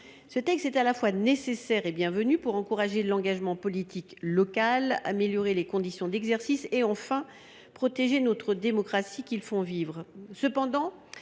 Ce texte est à la fois nécessaire et bienvenu pour encourager l’engagement politique local, améliorer les conditions d’exercice et, enfin, protéger notre démocratie, qu’ils font vivre.